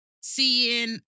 seeing